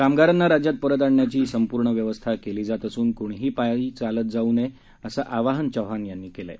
कामगारांना राज्यात परत आणण्याची संपूर्ण व्यवस्था केली जात असून कुणीही पायी चालत येऊ नये असं आवाहनही चौहान यांनी केलं आहे